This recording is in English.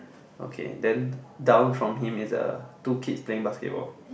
okay then down from him is uh two kids playing basketball